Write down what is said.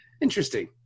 Interesting